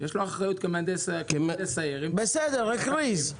יש לו אחריות כמהנדס העיר --- בסדר, הכריז.